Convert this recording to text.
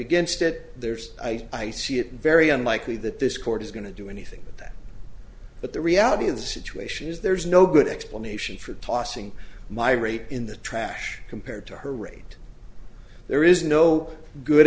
against it there's i i see it very unlikely that this court is going to do anything with that but the reality of the situation is there's no good explanation for tossing my break in the trash compared to her rate there is no good